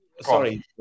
Sorry